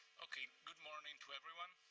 okay. good morning to everyone.